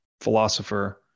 philosopher